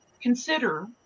consider